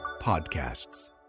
Podcasts